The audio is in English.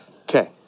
Okay